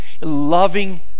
loving